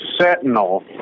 Sentinel